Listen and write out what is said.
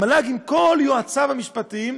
המל"ג, עם כל יועציו המשפטיים,